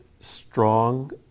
strong